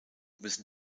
müssen